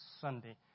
Sunday